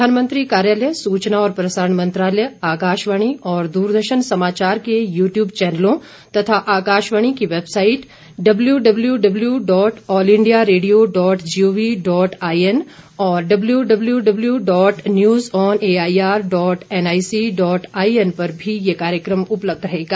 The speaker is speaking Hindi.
प्रधानमंत्री कार्यालय सूचना और प्रसारण मंत्रालय आकाशवाणी और दूरदर्शन समाचार के यू ट्यूब चैनलों तथा आकाशवाणी की website W W W dot All India Radio dot gov dot IN और W W W dot news on AIR dot NIC dot IN पर भी यह कार्यक्रम उपलब्ध रहेगा